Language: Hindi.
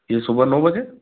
यही सुबह नौ बजे